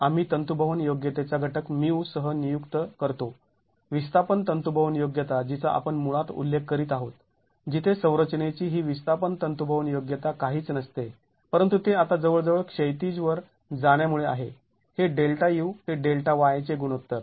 आम्ही तंतूभवन योग्यतेचा घटक μ सह नियुक्त करतो विस्थापन तंतूभवन योग्यता जिचा आपण मुळात उल्लेख करीत आहोत जिथे संरचनेची ही विस्थापन तंतूभवन योग्यता काहीच नसते परंतु ते आता जवळजवळ क्षैतिजवर जाण्यामुळे आहे हे Δu ते Δy चे गुणोत्तर